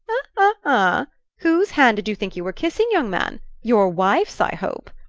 ah! whose hand did you think you were kissing, young man your wife's, i hope?